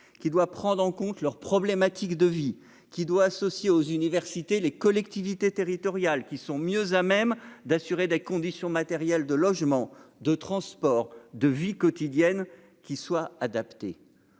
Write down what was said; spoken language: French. qui doit prendre en compte leurs problématiques de vie qui doit associer aux universités, les collectivités territoriales qui sont mieux à même d'assurer des conditions matérielles de logement, de transport, de vie quotidienne, qui soit adapté,